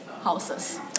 houses